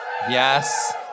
Yes